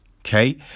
okay